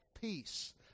peace